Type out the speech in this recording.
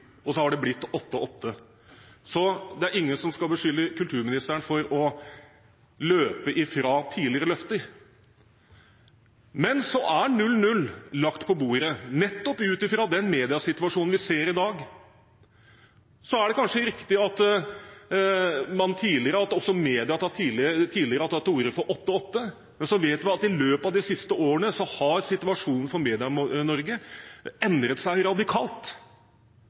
og så har det blitt 8–8. Så det er ingen som skal beskylde kulturministeren for å løpe fra tidligere løfter. Men så er 0–0 lagt på bordet nettopp ut fra den mediesituasjonen vi ser i dag. Så er det kanskje riktig at også media tidligere har tatt til orde for 8–8, men så vet vi at i løpet av de siste årene har situasjonen for Medie-Norge endret seg radikalt. Annonseinntektene har sviktet. Den økonomiske situasjonen har endret seg radikalt,